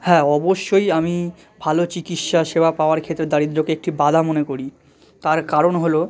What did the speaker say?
হ্যাঁ অবশ্যই আমি ভালো চিকিৎসা সেবা পাওয়ার ক্ষেত্রে দারিদ্রকে একটি বাধা মনে করি তার কারণ হলো